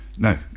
No